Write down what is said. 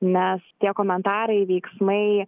nes tie komentarai veiksmai